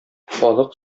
халык